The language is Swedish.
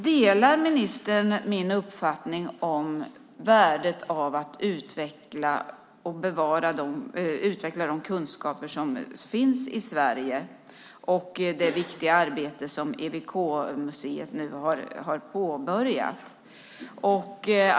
Delar ministern min uppfattning om värdet av att utveckla de kunskaper som finns i Sverige och det viktiga arbete som EWK-museet nu har påbörjat?